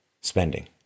spending